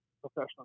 professional